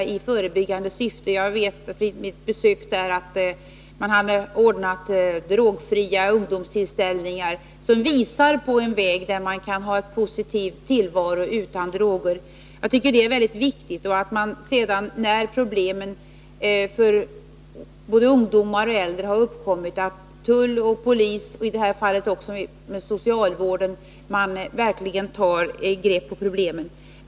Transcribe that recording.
Vid mitt besök i Skövde för ett år sedan framgick t.ex. att man hade ordnat drogfria ungdomstillställningar, och det visar på möjligheterna till en positiv tillvaro utan droger. Detta är mycket viktigt, och det är också viktigt — när problem för både ungdomar och äldre sedan uppkommer — att tull och polis och i det här fallet också socialvården verkligen tar tag i problemen.